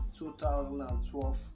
2012